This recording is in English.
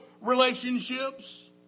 relationships